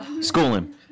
Schooling